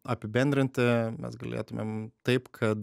apibendrinti mes galėtumėm taip kad